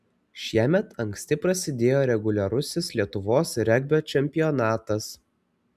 šiemet anksti prasidėjo reguliarusis lietuvos regbio čempionatas